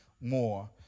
more